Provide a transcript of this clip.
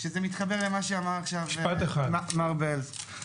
שזה מתחבר למה שאמר מר בלז.